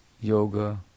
yoga